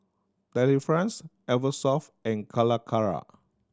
Delifrance Eversoft and Calacara